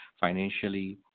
financially